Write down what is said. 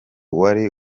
wari